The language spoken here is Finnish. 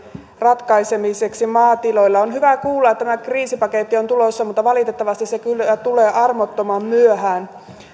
ratkaisemiseksi maatiloilla on hyvä kuulla että kriisipaketti on tulossa mutta valitettavasti se kyllä tulee armottoman myöhään